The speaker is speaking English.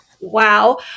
Wow